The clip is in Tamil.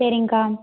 சரிங்க்கா